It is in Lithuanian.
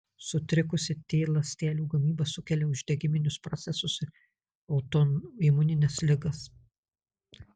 sutrikusi t ląstelių gamyba sukelia uždegiminius procesus ir autoimunines ligas